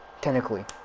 technically